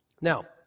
Now